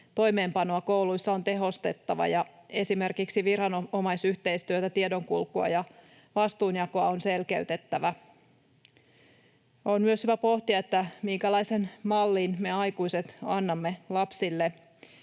toimeenpanoa kouluissa on tehostettava ja esimerkiksi viranomaisyhteistyötä, tiedonkulkua ja vastuunjakoa on selkeytettävä. On myös hyvä pohtia, minkälaisen mallin me aikuiset annamme lapsille